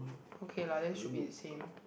okay lah then should be the same